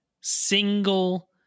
single